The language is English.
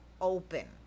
open